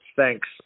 Thanks